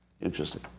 Interesting